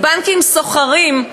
ובנקים סוחרים,